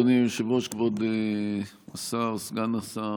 אדוני היושב-ראש, כבוד סגן השר,